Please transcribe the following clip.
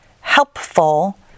helpful